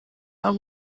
how